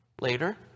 later